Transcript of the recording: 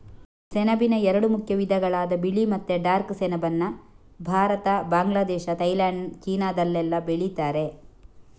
ಸೆಣಬಿನ ಎರಡು ಮುಖ್ಯ ವಿಧಗಳಾದ ಬಿಳಿ ಮತ್ತೆ ಡಾರ್ಕ್ ಸೆಣಬನ್ನ ಭಾರತ, ಬಾಂಗ್ಲಾದೇಶ, ಥೈಲ್ಯಾಂಡ್, ಚೀನಾದಲ್ಲೆಲ್ಲ ಬೆಳೀತಾರೆ